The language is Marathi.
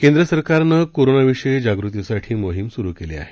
केंद्रसरकारनं कोरोनाविषयी जागृतीसाठी मोहीम सुरु केली आहे